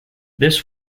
this